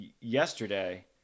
yesterday